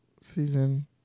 season